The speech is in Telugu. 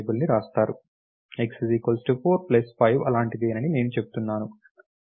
x 4 ప్లస్ 5 అలాంటిదేనని నేను చెప్తున్నాను